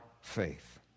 faith